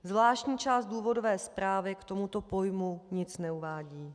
Zvláštní část důvodové zprávy k tomuto pojmu nic neuvádí.